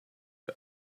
the